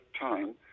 time